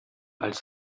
als